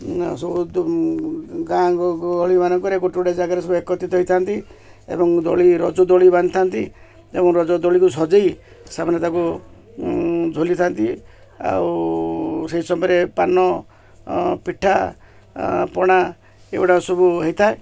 ସବୁ ଗାଁ ଗହଳି ମାନଙ୍କରେ ଗୋଟେ ଗୋଟେ ଜାଗାରେ ସବୁ ଏକତ୍ରିତ ହେଇଥାନ୍ତି ଏବଂ ଦୋଳି ରଜ ଦୋଳି ବାନ୍ଧିଥାନ୍ତି ଏବଂ ରଜ ଦୋଳିକୁ ସଜେଇ ସେମାନେ ତାକୁ ଝୁଲିଥାନ୍ତି ଆଉ ସେଇ ସମୟରେ ପାନ ପିଠା ପଣା ଏଗୁଡ଼ାକ ସବୁ ହେଇଥାଏ